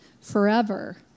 forever